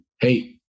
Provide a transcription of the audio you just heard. Hey